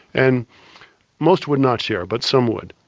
and most would not share but some would.